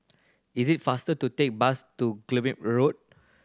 is it faster to take bus to Guillemard Road